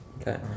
Okay